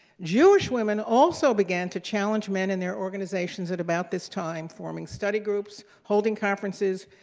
jewish women also began to challenge men in their organizations at about this time, forming study groups, holding conferences,